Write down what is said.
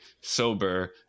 sober